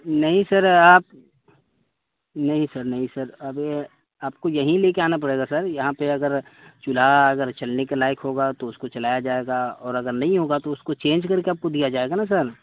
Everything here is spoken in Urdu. نہیں سر آپ نہیں سر نہیں سر ابھی آپ کو یہیں لے کے آنا پڑے گا سر یہاں پہ اگر چولہا اگر چلنے کے لائق ہوگا تو اس کو چلایا جائے گا اور اگر نہیں ہوگا تو اس کو چینج کر کے آپ کو دیا جائے گا نا سر